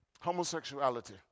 Homosexuality